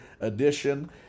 edition